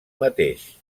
mateix